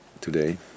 today